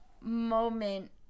moment